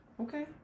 Okay